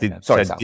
Sorry